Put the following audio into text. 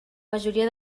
majoria